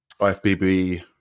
IFBB